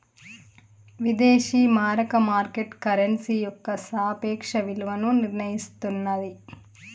విదేశీ మారక market currency యొక్క సాపేక్ష విలువను నిర్ణయిస్తన్నాది